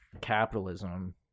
capitalism